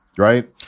right.